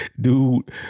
dude